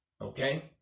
okay